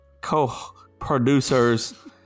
co-producers